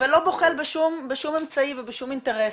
ולא בוחל בשום אמצעי ושום אינטרס.